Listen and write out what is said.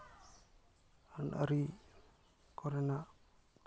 ᱟᱹᱱ ᱟᱹᱨᱤ ᱠᱚᱨᱮᱱᱟᱜ